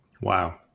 Wow